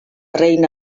reina